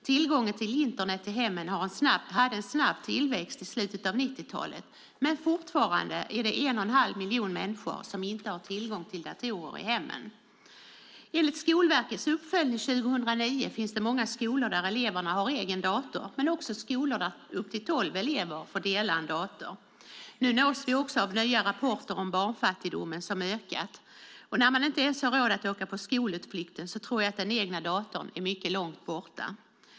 Tillgången till Internet i hemmen hade en snabb tillväxt i slutet av 90-talet, men fortfarande är det en och en halv miljon människor som inte har tillgång till datorer i hemmen. Enligt Skolverkets uppföljning 2009 finns det många skolor där eleverna har en egen dator men också skolor där upp till tolv elever får dela på en dator. Nu nås vi också av nya rapporter om att barnfattigdomen har ökat. När man inte ens har råd att åka på skolutflykt tror jag att den egna datorn är mycket långt borta.